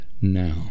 now